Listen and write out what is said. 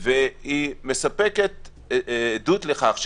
והיא מספקת עדות לכך שהתחסנת,